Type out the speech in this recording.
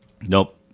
Nope